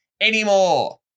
anymore